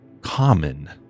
common